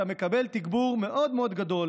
אתה מקבל תגבור מאוד מאוד גדול